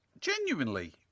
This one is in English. genuinely